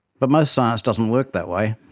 but most science doesn't work that way.